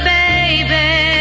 baby